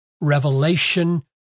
revelation